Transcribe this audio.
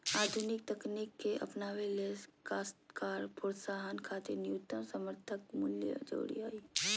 आधुनिक तकनीक के अपनावे ले काश्तकार प्रोत्साहन खातिर न्यूनतम समर्थन मूल्य जरूरी हई